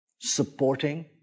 supporting